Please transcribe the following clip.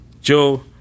Joe